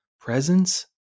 presence